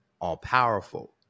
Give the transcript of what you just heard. all-powerful